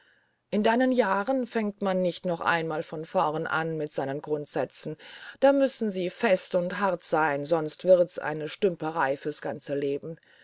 in deinen jahren fängt man nicht noch einmal von vorn an mit seinen grundsätzen da müssen sie fest und hart sein sonst wird's eine stümperei fürs ganze leben